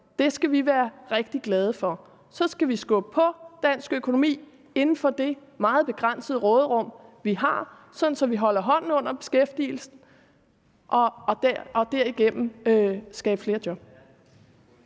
Det skal vi være rigtig glade for. Så skal vi skubbe på dansk økonomi inden for det meget begrænsede råderum, vi har, så vi holder hånden under beskæftigelsen og derigennem skaber flere job.